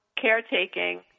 caretaking